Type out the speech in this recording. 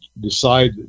decide